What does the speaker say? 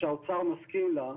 שהאוצר מסכים לה,